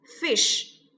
fish